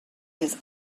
his